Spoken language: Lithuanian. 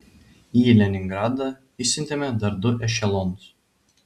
į leningradą išsiuntėme dar du ešelonus